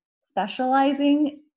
specializing